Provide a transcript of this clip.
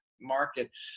market